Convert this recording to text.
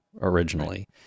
originally